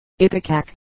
Ipecac